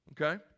Okay